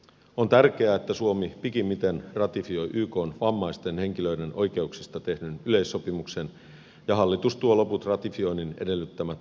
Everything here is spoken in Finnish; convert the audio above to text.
on tärkeää että suomi pikimmiten ratifioi ykn vammaisten henkilöiden oikeuksista tehdyn yleissopimuksen ja hallitus tuo loput ratifioinnin edellyttämät lakimuutokset eduskunnalle